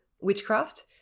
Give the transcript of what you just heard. witchcraft